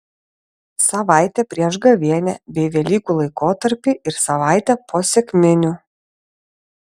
savaitę prieš gavėnią bei velykų laikotarpį ir savaitę po sekminių